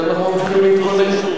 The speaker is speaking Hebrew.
לכן אנחנו ממשיכים להתכונן.